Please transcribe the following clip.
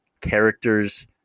characters